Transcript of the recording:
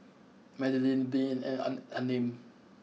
Madelene Breanne and an Unnamed